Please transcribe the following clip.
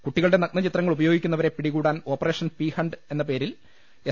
കുട്ടികളുടെ നഗ്നചിത്രങ്ങൾ ഉപ യോഗിക്കുന്നവരെ പിടികൂടാൻ ഓപ്പറേഷൻ പീ ഹണ്ട് എന്ന പേരിൽ എസ്